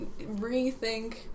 rethink